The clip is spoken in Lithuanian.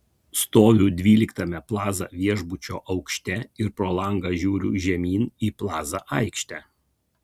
stoviu dvyliktame plaza viešbučio aukšte ir pro langą žiūriu žemyn į plaza aikštę